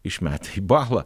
išmetę į balą